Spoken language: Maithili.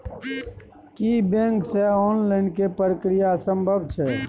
की बैंक से ऑनलाइन लोन के प्रक्रिया संभव छै?